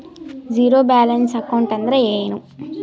Zero balance account ಅಂದ್ರ ಏನು?